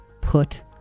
Put